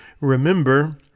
remember